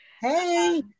Hey